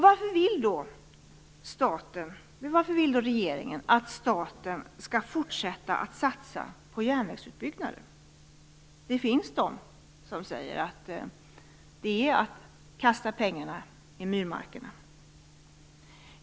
Varför vill då regeringen att staten skall fortsätta att satsa på järnvägsutbyggnader? Det finns de som säger att det är att kasta pengarna i myrmarkerna.